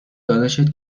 داداشت